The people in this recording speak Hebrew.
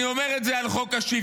אני אומר את זה על חוק השוויון,